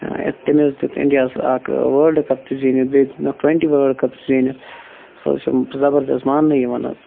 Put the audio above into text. تٔمۍ حظ دِیُت اِنٛڈیا ہَس اَکھ وٲرلڈٕ کَپ تہِ زیٖنِتھ بیٚیہِ دِیٚتنَکھ ٹُوینٛٹی وٲرلڈٕ کَپ تہِ زیٖنِتھ سُہ حظ چھُ زبردست ماننہِ یِوان حظ